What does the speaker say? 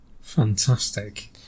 fantastic